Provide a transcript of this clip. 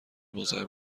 مزاحم